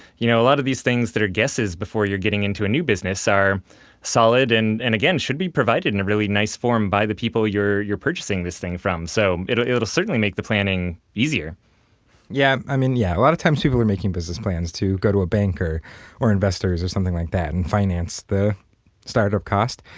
you know a lot of these things that are guesses before you're getting into a new business are solid and and, again, should be provided in a really nice form by the people you're you're purchasing this thing from. so, it'll it'll certainly make the planning easier. ashkahn yeah, i mean, yeah. a lot of times people are making business plans to go to a bank or or investors or something like that, and finance the start-up costs,